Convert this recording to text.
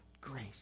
Grace